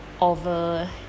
over